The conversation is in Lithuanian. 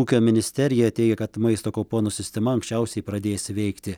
ūkio ministerija teigia kad maisto kuponų sistema anksčiausiai pradės veikti